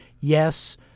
Yes